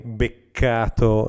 beccato